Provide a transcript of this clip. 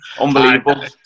Unbelievable